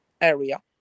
area